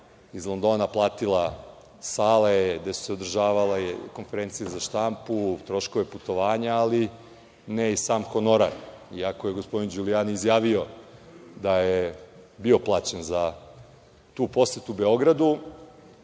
iz Londona platila sale gde su se održavale konferencije za štampu, troškove putovanja, ali ne i sam honorar, iako je gospodin Đulijani izjavio da je bio plaćen za tu posetu Beogradu. Onda